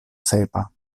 sepa